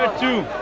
to